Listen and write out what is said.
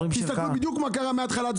תסתכלו בדיוק מה קרה מן ההתחלה.